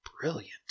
brilliant